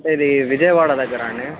అంటే ఇది విజయవాడ దగ్గర అండి